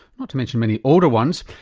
not to mention many older ones,